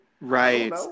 Right